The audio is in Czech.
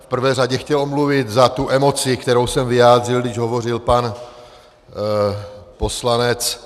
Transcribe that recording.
V prvé řadě bych se chtěl omluvit za tu emoci, kterou jsem vyjádřil, když hovořil pan poslanec...